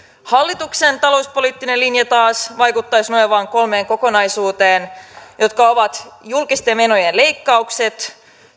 hallituksen talouspoliittinen linja taas vaikuttaisi nojaavan kolmeen kokonaisuuteen jotka ovat julkisten menojen leikkaukset